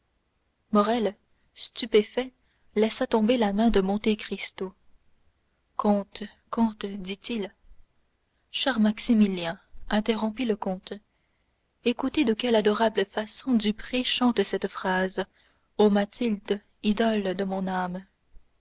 morrel stupéfait laissa tomber la main de monte cristo comte comte dit-il cher maximilien interrompit le comte écoutez de quelle adorable façon duprez chante cette phrase ô mathilde idole de mon âme